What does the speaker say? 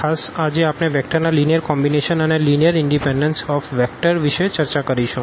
ખાસ આજે આપણે વેક્ટર ના લીનીઅર કોમ્બીનેશન અને લીનીઅર ઇનડીપેનડન્સ ઓફ વેક્ટર વિષે ચર્ચા કરીશું